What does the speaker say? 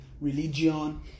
religion